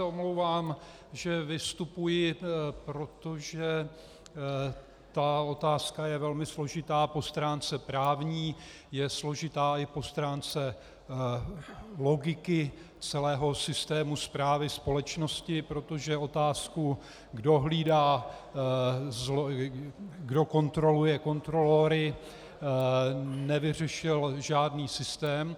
Omlouvám se, že vystupuji, protože otázka je velmi složitá po stránce právní, je složitá i po stránce logiky celého systému správy společnosti, protože otázku, kdo kontroluje kontrolory, nevyřešil žádný systém.